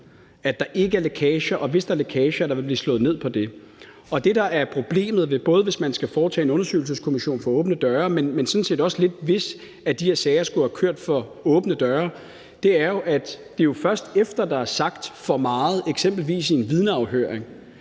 at der ikke er lækager, og hvis der er lækager, at der vil blive slået ned på det. Det, der er problemet, både hvis man skal foretage en undersøgelseskommission for åbne døre, men sådan set også lidt, hvis de her sager skulle have kørt for åbne døre, er, at man jo først, efter at der er sagt for meget, eksempelvis i en vidneafhøring,